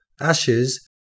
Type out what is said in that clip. ashes